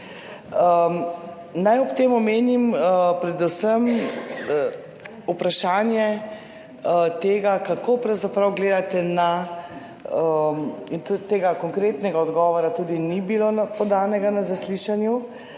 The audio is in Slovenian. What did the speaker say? Naj ob tem omenim predvsem vprašanje tega, kako pravzaprav gledate na, in tega konkretnega odgovora tudi ni bilo podanega na zaslišanju,